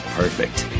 perfect